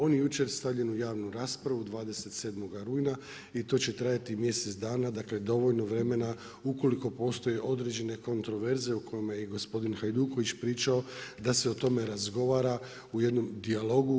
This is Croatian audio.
On je jučer stavljen u javnu raspravu, 27.9. i to će trajati mjesec dana, dakle, dovoljno vremena, ukoliko postoje određene kontroverzne, u kojima je i gospodin Hajduković pričao, da se o tome razgovora u jednom dijalogu.